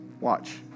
Watch